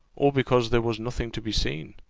or because there was nothing to be seen?